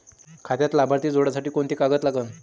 खात्यात लाभार्थी जोडासाठी कोंते कागद लागन?